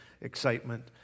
excitement